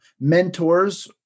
mentors